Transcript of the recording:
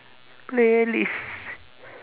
playlist